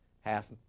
half